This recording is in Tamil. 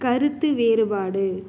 கருத்து வேறுபாடு